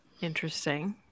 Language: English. Interesting